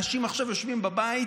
אנשים עכשיו יושבים בבית,